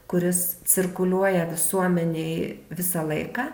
kuris cirkuliuoja visuomenėj visą laiką